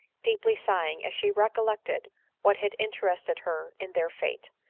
deeply sighing, as she recollected what had interested her in their fate.